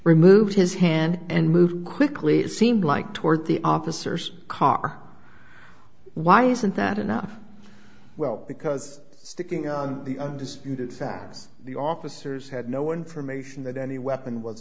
removed his hand and moved quickly it seemed like toward the officers car why isn't that enough well because sticking on the undisputed facts the officers had no information that any weapon was